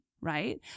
right